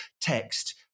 text